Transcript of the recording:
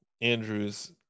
andrews